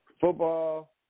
football